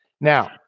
Now